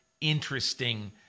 interesting